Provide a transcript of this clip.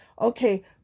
Okay